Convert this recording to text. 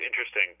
interesting